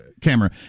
camera